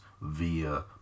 via